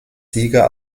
sieger